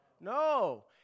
No